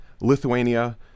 Lithuania